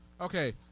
Okay